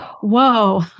whoa